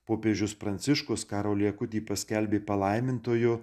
popiežius pranciškus karolį akutį paskelbė palaimintuoju